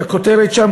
הכותרת שם,